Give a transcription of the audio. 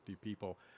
people